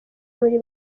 muri